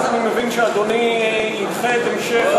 על ביצוע